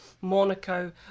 Monaco